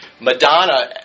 Madonna